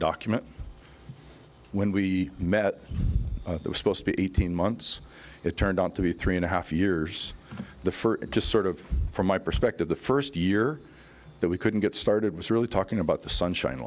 document when we met was supposed to be eighteen months it turned out to be three and a half years the first just sort of from my perspective the first year that we couldn't get started was really talking about the sunshine